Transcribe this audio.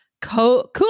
cool